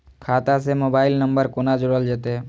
खाता से mobile number कोना जोरल जेते?